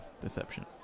deception